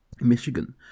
Michigan